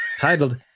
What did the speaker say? titled